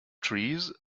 trees